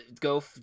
go